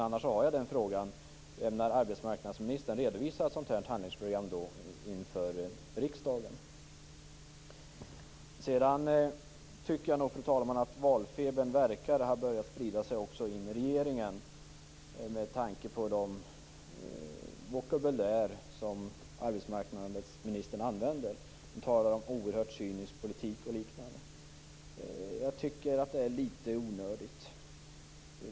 Annars undrar jag när arbetsmarknadsministern skall redovisa ett sådant handlingsprogram inför riksdagen. Valfebern verkar ha börjat sprida sig in i regeringen med tanke på den vokabulär som arbetsmarknadsministern använder. Hon talar om cynisk politik och liknande. Jag tycker att det är litet onödigt.